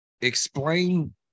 Explain